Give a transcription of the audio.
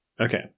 Okay